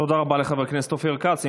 תודה רבה לחבר הכנסת אופיר כץ.